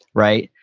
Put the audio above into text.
right?